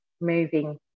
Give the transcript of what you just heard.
moving